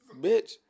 bitch